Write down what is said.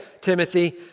Timothy